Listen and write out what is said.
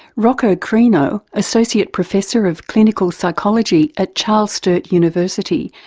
rocco crino, associate professor of clinical psychology at charles sturt university,